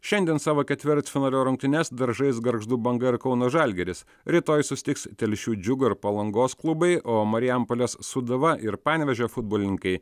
šiandien savo ketvirtfinalio rungtynes dar žais gargždų banga ir kauno žalgiris rytoj susitiks telšių džiugo ir palangos klubai o marijampolės sūduva ir panevėžio futbolininkai